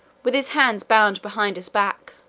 with his hands bound behind his back.